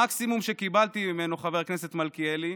המקסימום שקיבלתי ממנו, חבר הכנסת מלכיאלי: